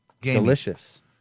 delicious